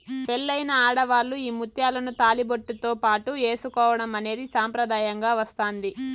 పెళ్ళైన ఆడవాళ్ళు ఈ ముత్యాలను తాళిబొట్టుతో పాటు ఏసుకోవడం అనేది సాంప్రదాయంగా వస్తాంది